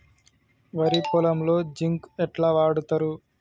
వరి పొలంలో జింక్ ఎట్లా వాడుతరు?